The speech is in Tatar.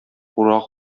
урак